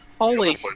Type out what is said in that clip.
holy